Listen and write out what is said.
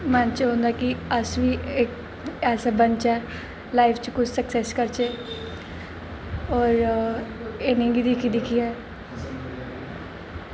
मन च औंदा कि अस बी ऐसा बनचै लाइफ च कुछ सक्सेस करचै होर इ'नें गी दिक्खी दिक्खियै